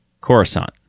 coruscant